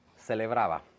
celebraba